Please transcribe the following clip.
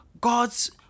God's